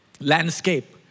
landscape